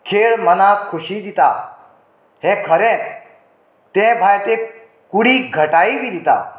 खेळ मनाक खुशी दिता हें खरेंच ते भायर ते कुडीक घटाय बी दिता